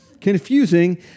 confusing